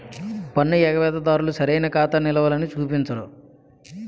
పన్ను ఎగవేత దారులు సరైన ఖాతా నిలవలని చూపించరు